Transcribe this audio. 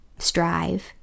Strive